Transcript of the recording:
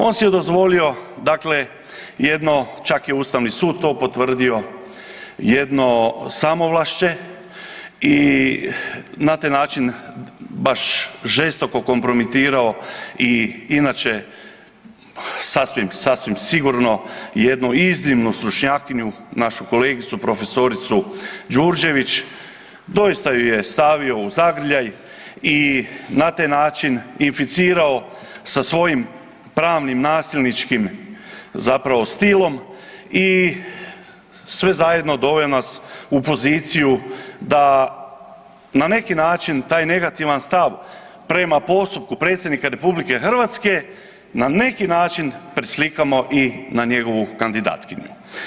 On si je dozvolio dakle jedno, čak je Ustavni sud to potvrdio, jedno samovlašće i na taj način baš žestoko kompromitirao i inače sasvim, sasvim sigurno jednu iznimnu stručnjakinju našu kolegicu profesoricu Đurđević, doista ju je stavio u zagrljaj i na taj način inficirao sa svojim pravnim nasilničkim zapravo stilom i sve zajedno doveo nas u poziciju da na neki način taj negativan stav prema postupku predsjednika RH na neki način preslikamo i na njegovu kandidatkinju.